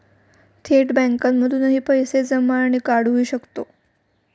थेट बँकांमधूनही पैसे जमा आणि काढुहि शकतो